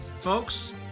folks